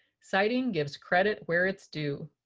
citing gives credit where it's due.